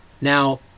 now